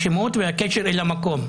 השמות והקשר אל המקום.